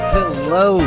Hello